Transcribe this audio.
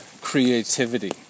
creativity